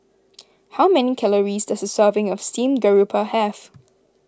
how many calories does a serving of Steamed Garoupa have